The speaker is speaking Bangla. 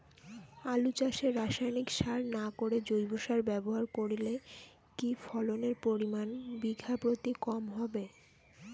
আলু চাষে রাসায়নিক সার না করে জৈব সার ব্যবহার করলে কি ফলনের পরিমান বিঘা প্রতি কম হবে?